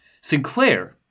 Sinclair